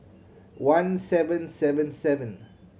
one seven seven seven